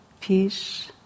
peace